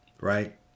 right